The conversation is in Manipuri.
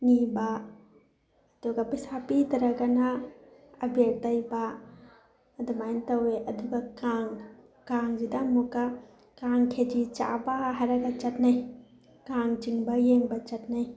ꯅꯤꯕ ꯑꯗꯨꯒ ꯄꯩꯁꯥ ꯄꯤꯗ꯭ꯔꯒꯅ ꯑꯕꯦꯔ ꯇꯩꯕ ꯑꯗꯨꯃꯥꯏꯅ ꯇꯧꯏ ꯑꯗꯨꯒ ꯀꯥꯡ ꯀꯥꯡꯁꯤꯗ ꯑꯃꯨꯛꯀ ꯀꯥꯡ ꯈꯦꯆꯤ ꯆꯥꯕ ꯍꯥꯏꯔꯒ ꯆꯠꯅꯩ ꯀꯥꯡ ꯆꯤꯡꯕ ꯌꯦꯡꯕ ꯆꯠꯅꯩ